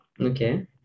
Okay